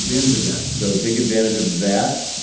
advantage of that. so take advantage of that,